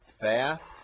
fast